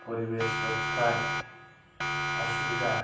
পরিবেশ রক্ষায় অসুবিধা